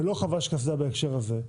ולא חבש קסדה בהקשר הזה,